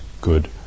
good